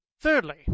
Thirdly